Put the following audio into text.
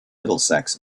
middlesex